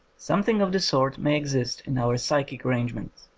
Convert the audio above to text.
something of the sort may exist in our psychic arrangements.